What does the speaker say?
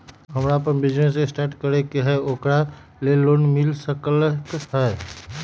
हमरा अपन business start करे के है ओकरा लेल लोन मिल सकलक ह?